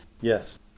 Yes